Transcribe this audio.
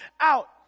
out